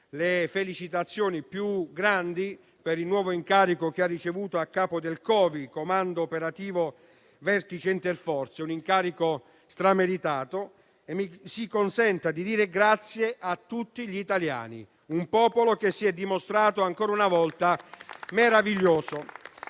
le felicitazioni più grandi per il nuovo incarico che ha ricevuto a capo del Comando operativo vertice interforze (COVI), un incarico assolutamente meritato. Mi si consenta anche di dire grazie a tutti gli italiani, un popolo che si è dimostrato ancora una volta meraviglioso.